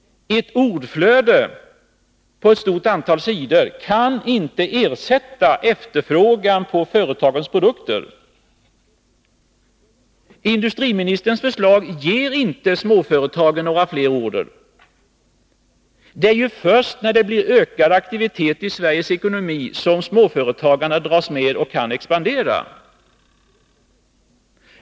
Ett ordflöde på ett stort antal sidor kan inte ersätta efterfrågan på företagens produkter. Industriministerns förslag ger inte småföretagen några fler order. Det är först när det blir ökad aktivitet i Sveriges ekonomi som småföretagarna dras med och kan expandera.